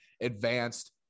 advanced